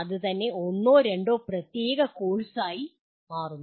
അത് തന്നെ ഒന്നോ രണ്ടോ പ്രത്യേക കോഴ്സ് ആയി മാറുന്നു